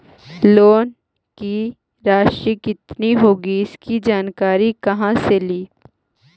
Loan की रासि कितनी होगी इसकी जानकारी कहा से ली?